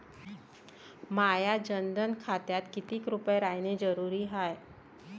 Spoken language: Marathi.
माह्या जनधन खात्यात कितीक रूपे रायने जरुरी हाय?